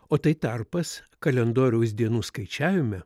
o tai tarpas kalendoriaus dienų skaičiavime